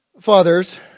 Fathers